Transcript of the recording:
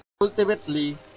ultimately